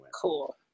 Cool